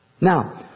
Now